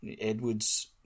Edwards